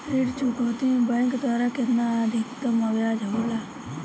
ऋण चुकौती में बैंक द्वारा केतना अधीक्तम ब्याज होला?